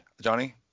Johnny